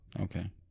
Okay